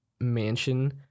mansion